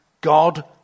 God